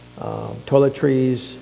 toiletries